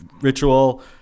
ritual